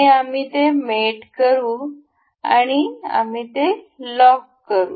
आणि आम्ही ते मेट करू आणि आम्ही ते लॉक करू